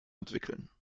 entwickeln